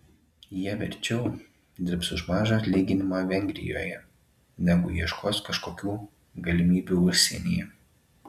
jie verčiau dirbs už mažą atlyginimą vengrijoje negu ieškos kažkokių galimybių užsienyje